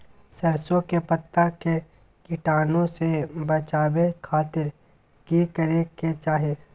सरसों के पत्ता के कीटाणु से बचावे खातिर की करे के चाही?